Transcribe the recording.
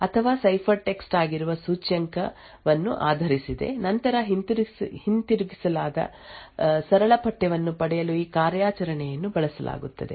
ಈಗ ನಾವು ಇಲ್ಲಿ ನಿರ್ದಿಷ್ಟಪಡಿಸದ ಕೆಲವು ಅಕ್ಷರ ಮೌಲ್ಯಗಳನ್ನು ಒಳಗೊಂಡಿರುವ ಈ ನಿರ್ದಿಷ್ಟ ರಚನೆಯಲ್ಲಿ ಲುಕಪ್ ಇದೆ ಮತ್ತು ಲುಕಪ್ ಕೀ ಎಕ್ಸ್ ಅಥವಾ ಸೈಫರ್ಟೆಕ್ಸ್ಟ್ ಆಗಿರುವ ಸೂಚ್ಯಂಕವನ್ನು ಆಧರಿಸಿದೆ ನಂತರ ಹಿಂತಿರುಗಿಸಲಾದ ಸರಳ ಪಠ್ಯವನ್ನು ಪಡೆಯಲು ಈ ಕಾರ್ಯಾಚರಣೆಯನ್ನು ಬಳಸಲಾಗುತ್ತದೆ